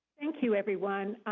thank you, everyone.